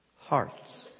hearts